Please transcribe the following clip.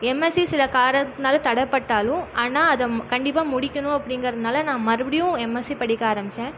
MSc சில காரணத்தால் தடை பட்டாலும் ஆனால் அதை கண்டிப்பாக முடிக்கணும் அப்படிங்குறனால நான் மறுபடியும் எம்எஸ்சி படிக்க ஆரம்பிச்சேன்